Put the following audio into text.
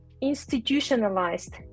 institutionalized